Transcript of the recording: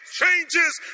changes